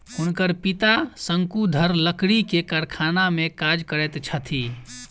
हुनकर पिता शंकुधर लकड़ी के कारखाना में काज करैत छथि